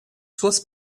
suas